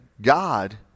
God